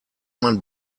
man